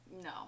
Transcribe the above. No